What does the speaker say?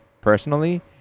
personally